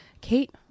Kate